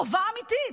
חובה אמיתית,